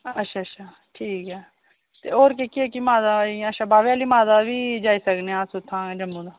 अच्छा अच्छा ठीक ऐ ते होर केह्के केह्के माता जियां अच्छा बावे आह्ली माता बी जाई सकनें अस उत्थां जम्मू दा